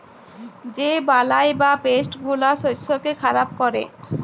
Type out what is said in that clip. যে বালাই বা পেস্ট গুলা শস্যকে খারাপ ক্যরে